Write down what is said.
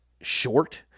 short